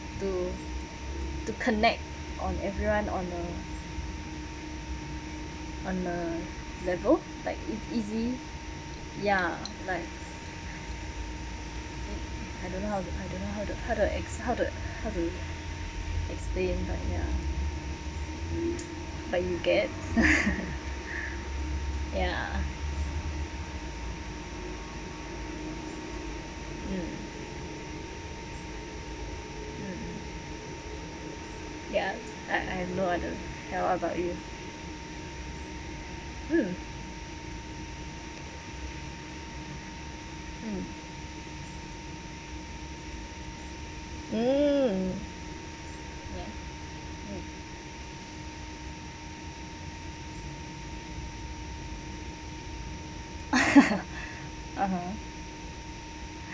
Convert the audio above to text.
to connect on everyone on a on a level like ea~ easy ya like I don't know how to how to explain but ya but you get ya mm mm ya I have no other ya what about you mm mm mm (uh huh)